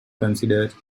considered